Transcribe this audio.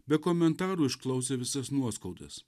be komentarų išklausė visas nuoskaudas